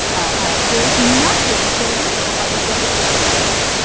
ah there is nothing illegal about what the whistleblower did.